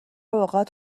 اوقات